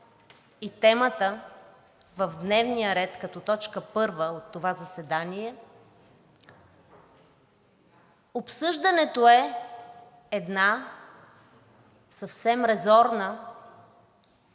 и темата в дневния ред, като точка първа от това заседание, обсъждането е една съвсем резонна